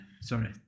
sorry